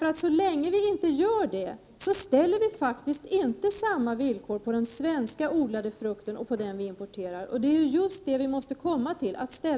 Så länge vi inte gör det, ställer vi faktiskt inte samma villkor på den svenskodlade frukten och på den vi importerar, och det är just detta vi måste komma till.